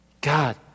God